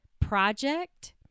project